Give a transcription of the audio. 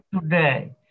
today